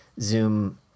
zoom